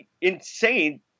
insane